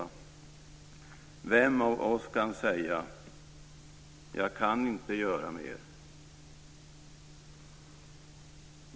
Jag undrar vem av oss som kan säga: Jag kan inte göra mer.